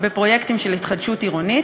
בפרויקטים של התחדשות עירונית,